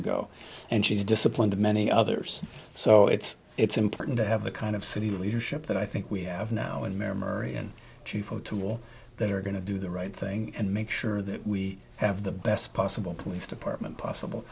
ago and she's disciplined many others so it's it's important to have the kind of city leadership that i think we have now in memory and chief o'toole that are going to do the right thing and make sure that we have the best possible police department possible